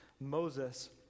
Moses